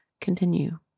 continue